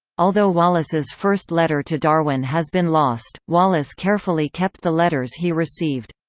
although wallace's first letter to darwin has been lost, wallace carefully kept the letters he received.